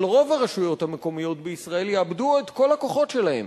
אבל רוב הרשויות המקומיות בישראל יאבדו את כל הכוחות שלהן,